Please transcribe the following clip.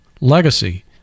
Legacy